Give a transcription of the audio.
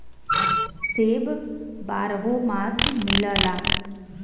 सेब बारहो मास मिलला